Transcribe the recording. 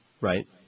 Right